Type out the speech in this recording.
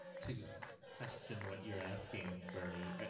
to question what you're asking, bernie,